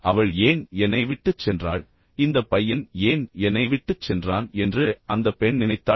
அவள் ஏன் என்னை விட்டுச் சென்றாள் இந்தப் பையன் ஏன் என்னை விட்டுச் சென்றான் என்று அந்தப் பெண் நினைத்தாள்